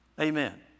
Amen